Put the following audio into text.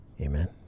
Amen